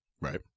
Right